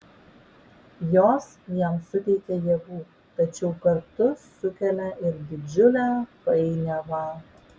jos jam suteikia jėgų tačiau kartu sukelia ir didžiulę painiavą